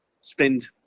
spend